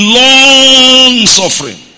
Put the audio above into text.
long-suffering